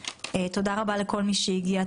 תודה רבה לכל מי שהגיע,